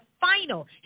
final